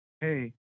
Hey